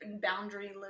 boundary